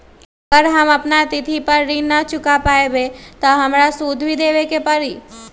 अगर हम अपना तिथि पर ऋण न चुका पायेबे त हमरा सूद भी देबे के परि?